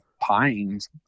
pines